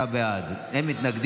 הירושה (תיקון,